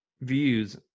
views